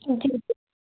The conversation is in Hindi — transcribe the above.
जी